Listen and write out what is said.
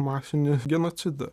masinį genocidą